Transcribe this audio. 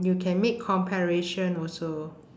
you can make comparation also